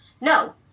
No